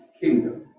kingdom